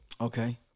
Okay